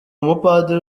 umupadiri